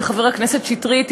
של חבר הכנסת שטרית,